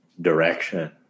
direction